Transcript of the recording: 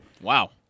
Wow